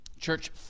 Church